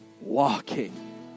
walking